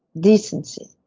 decency,